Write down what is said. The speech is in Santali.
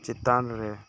ᱪᱮᱛᱟᱱᱨᱮ